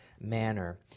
manner